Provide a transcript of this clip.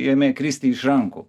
ėmė kristi iš rankų